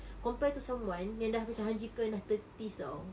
compare to someone yang dah macam han ji pyeong yang dah thirties [tau]